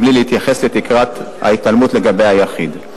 בלי להתייחס לתקרת ההתעלמות לגבי היחיד.